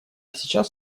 сейчас